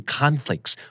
conflicts